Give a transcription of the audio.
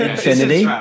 Infinity